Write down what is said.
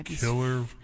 Killer